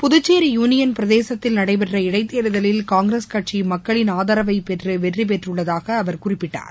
Puducherry union பிரசேதகத்தில் நடைபெற்ற இடைத்தேர்தலில் காங்கிரஸ் கட்சி மக்களின் ஆதரவை பெற்று வெற்றி பெற்றுள்ளதாக அவர் குறிப்பிட்டார்